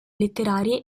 letterarie